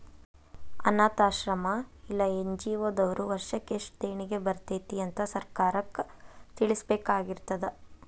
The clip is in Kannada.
ಅನ್ನಾಥಾಶ್ರಮ್ಮಾ ಇಲ್ಲಾ ಎನ್.ಜಿ.ಒ ದವ್ರು ವರ್ಷಕ್ ಯೆಸ್ಟ್ ದೇಣಿಗಿ ಬರ್ತೇತಿ ಅಂತ್ ಸರ್ಕಾರಕ್ಕ್ ತಿಳ್ಸಬೇಕಾಗಿರ್ತದ